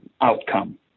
outcome